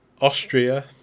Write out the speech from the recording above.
Austria